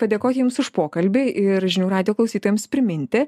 padėkot jums už pokalbį ir žinių radijo klausytojams priminti